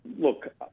Look